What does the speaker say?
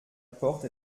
porte